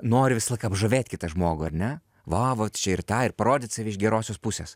nori visą laiką apžavėt kitą žmogų ar ne va vat čia ir tą ir parodyt save iš gerosios pusės